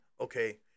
okay